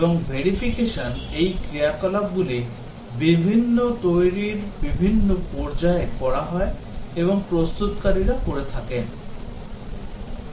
এবং verification এই ক্রিয়াকলাপগুলি বিভিন্ন তৈরির বিভিন্ন পর্যায়ে করা হয় এবং প্রস্তুতকারীরা করেন